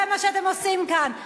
זה מה שאתם עושים כאן.